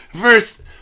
First